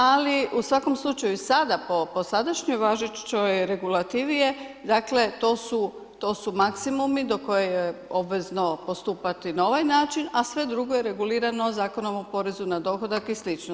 Ali u svakom slučaju sada po sadašnjoj važećoj regulativi je, dakle to su maksimumi do koje je obvezno postupati na ovaj način a sve drugo je regulirano Zakonom o porezu na dohodak i slično.